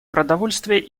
продовольствие